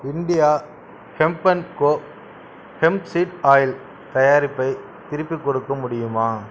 India hemp and co hemp seed oil தயாரிப்பை திருப்பிக்கொடுக்க முடியுமா